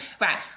Right